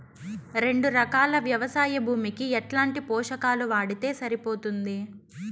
రెండు ఎకరాలు వ్వవసాయ భూమికి ఎట్లాంటి పోషకాలు వాడితే సరిపోతుంది?